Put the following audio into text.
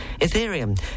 Ethereum